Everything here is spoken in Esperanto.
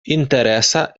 interesa